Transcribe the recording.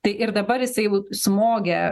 tai ir dabar jis jeigu smogė